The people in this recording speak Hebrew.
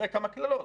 אחרי כמה קללות,